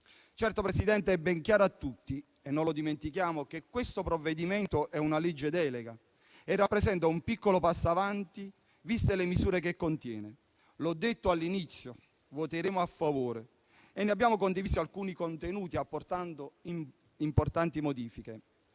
Signor Presidente, è ben chiaro a tutti e noi non dimentichiamo che questo provvedimento è una legge delega, che rappresenta un piccolo passo avanti, viste le misure che contiene. Come ho detto all'inizio, noi voteremo a favore di questo disegno di legge, del quale abbiamo condiviso alcuni contenuti, apportando importanti modifiche.